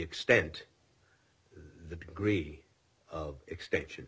extent the degree of extension